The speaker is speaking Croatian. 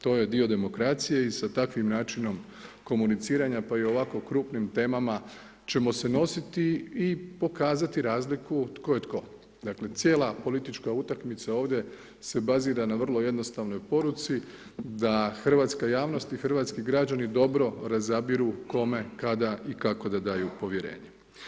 To je dio demokracije i sa takvim načinom komuniciranja pa i o ovako krupnim temama ćemo se nositi i pokazati razliku tko je tko. dakle cijela politička utakmica ovdje se bazira na vrlo jednostavnoj poruci da hrvatska javnost i hrvatski građani dobro razabiru kome, kada i kako da daju povjerenje.